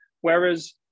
Whereas